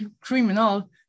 criminal